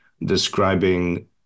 describing